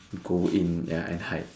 go in ya and hide